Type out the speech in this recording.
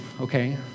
okay